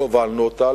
שהובלנו אותה,